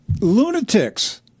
lunatics